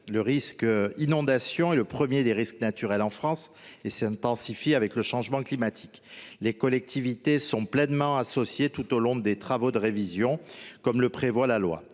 Le risque inondation est en France le premier des risques naturels ; il va s’intensifiant avec le changement climatique. Les collectivités sont pleinement associées tout au long des travaux de révision de ces plans, comme le prévoit la loi.